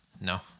no